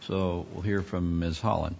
so we'll hear from ms holland